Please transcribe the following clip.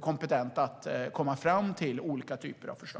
kompetent att komma fram till olika typer av förslag.